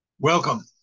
Welcome